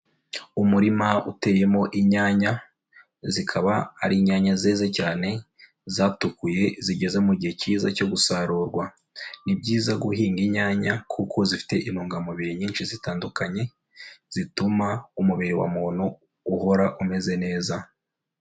Umurima uteyemo inyanya zikaba ari inyanya zeze cyane zatukuye zigeze mu gihe cyiza cyo gusarurwa, ni byiza guhinga inyanya kuko zifite intungamubiri nyinshi zitandukanye zituma umubiri wa muntu uhora umeze neza.